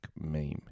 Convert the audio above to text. meme